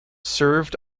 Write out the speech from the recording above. served